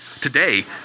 Today